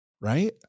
Right